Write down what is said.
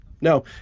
No